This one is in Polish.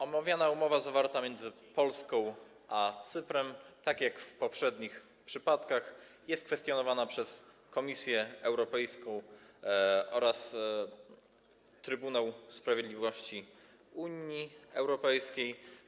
Omawiana umowa zawarta między Polską a Cyprem, tak jak w poprzednich przypadkach, jest kwestionowana przez Komisję Europejską oraz Trybunał Sprawiedliwości Unii Europejskiej.